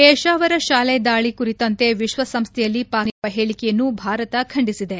ಪೇಶಾವರ ಶಾಲೆ ದಾಳಿ ಕುರಿತಂತೆ ವಿಶ್ವಸಂಸ್ಥೆಯಲ್ಲಿ ಪಾಕಿಸ್ತಾನ ನೀಡಿರುವ ಹೇಳಿಕೆಯನ್ನು ಭಾರತ ಖಂಡಿಸಿದೆ